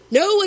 no